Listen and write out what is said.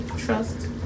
Trust